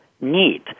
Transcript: need